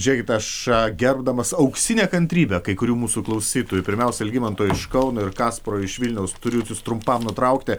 žiūrėkit aš gerbdamas auksinę kantrybę kai kurių mūsų klausytojų pirmiausia algimanto iš kauno ir kasparo iš vilniaus turiu jus trumpam nutraukti